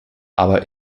aber